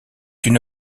une